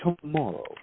tomorrow